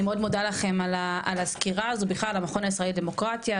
אני מאוד מודה לכם על הסקירה ובכלל למכון הישראלי לדמוקרטיה,